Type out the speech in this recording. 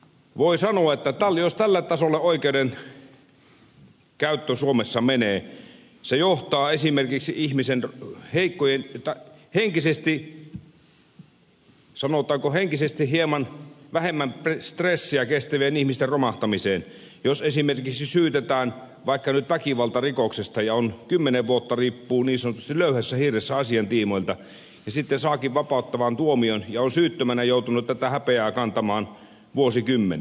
voi sanoa että jos tälle tasolle oikeudenkäyttö suomessa menee se johtaa sanotaanko henkisesti hieman vähemmän stressiä kestävien ihmisten romahtamiseen jos esimerkiksi syytetään vaikka nyt väkivaltarikoksesta ja kymmenen vuotta riippuu niin sanotusti löyhässä hirressä asian tiimoilta ja sitten saakin vapauttavan tuomion ja on syyttömänä joutunut tätä häpeää kantamaan vuosikymmenen